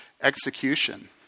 execution